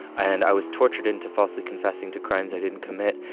and i was tortured into falsely confessing to crimes i didn't commit.